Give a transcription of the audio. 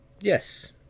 Yes